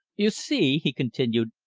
you see, he continued,